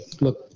look